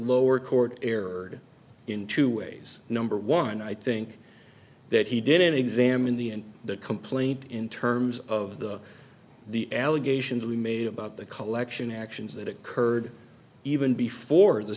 lower court error in two ways number one i think that he didn't examine the in the complaint in terms of the the allegations we made about the collection actions that occurred even before the